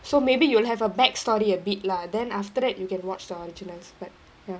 so maybe you will have a back story a bit lah then after that you can watch the originals but ya